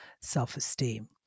self-esteem